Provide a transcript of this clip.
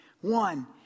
One